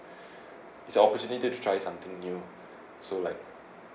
it's an opportunity to try something new so like